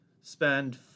spend